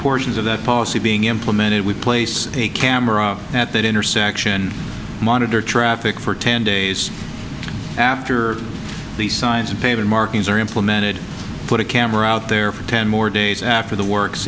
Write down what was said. portions of that policy being implemented we place a camera at that intersection monitor traffic for ten days after the sign pavan markings are implemented put a camera out there for ten more days after the work